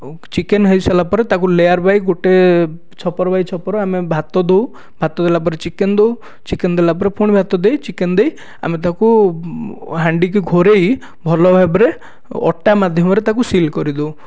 ଆଉ ଚିକେନ ହୋଇ ସାରିଲା ପରେ ତାକୁ ଲେୟାର ବାଇ ଗୋଟିଏ ଛପର ବାଇ ଛପର ଆମେ ଭାତ ଦେଉ ଭାତ ଦେଲା ପରେ ଚିକେନ ଦେଉ ଚିକେନ ଦେଲା ପରେ ପୁଣି ଭାତ ଦେଇ ଚିକେନ ଦେଇ ଆମେ ତାକୁ ହାଣ୍ଡି କି ଘୋଡ଼ାଇ ଭଲ ଭାବରେ ଅଟା ମାଧ୍ୟମରେ ତାକୁ ସିଲ୍ କରିଦେଉ